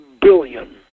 billion